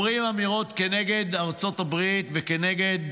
אומרים אמירות כנגד ארצות הברית וכנגד